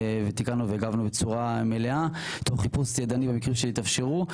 תיקנו והגבנו בצורה מלאה תוך חיפוש ידני במקרים שהתאפשרו.